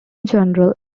general